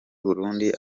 burundi